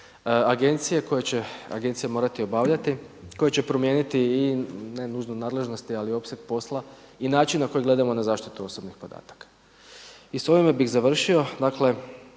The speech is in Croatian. agencije koje će agencije morati obavljati, koje će promijeniti i ne nužnu nadležnost ali opseg posla i način na koji gledamo na zaštitu osobnih podataka. I s ovime bih završio, dakle